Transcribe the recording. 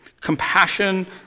compassion